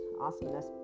awesomeness